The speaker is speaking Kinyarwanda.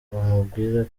mubwira